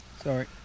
sorry